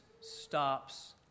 stops